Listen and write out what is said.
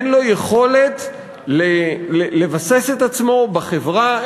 אין לו יכולת לבסס את עצמו בחברה,